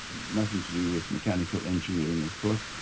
nothing to do with mechanical engineering of course.